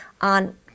on